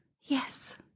Yes